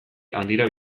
handira